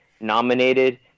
nominated